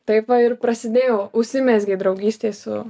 taip va ir prasidėjo užsimezgė draugystė su